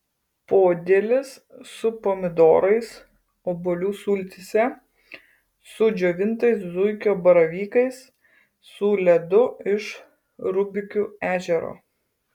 podėlis su pomidorais obuolių sultyse su džiovintais zuikio baravykais su ledu iš rubikių ežero